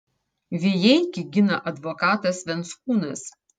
vijeikį gina advokatas venckūnas